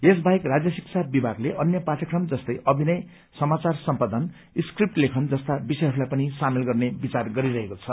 यस बाहेक राज्य शिक्षा विभागले अन्य पाठचक्रम जस्तै अभिनय समाचार सम्पादन स्क्रीप्ट लेखन जस्ता विषयहरूलाई पनि सामेल गर्ने विचार गरिरहेको छ